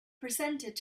presented